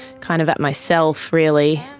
kind of at myself really,